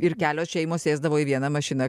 ir kelios šeimos sėsdavo į vieną mašiną